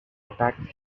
attacks